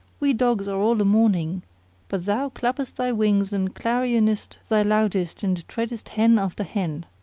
we dogs are all a mourning but thou clappest thy wings and clarionest thy loudest and treadest hen after hen.